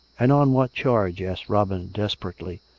and on what charge. asked robin desperately.